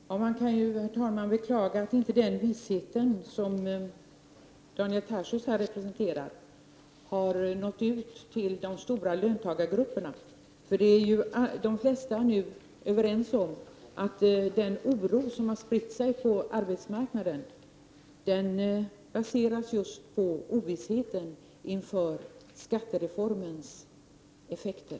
Herr talman! Man kan ju beklaga att den vishet som Daniel Tarschys här representerar inte har nått ut till de stora löntagargrupperna. De flesta är nämligen överens om, att den oro som har spritt sig på arbetsmarknaden baseras på just ovissheten kring skattereformens effekter.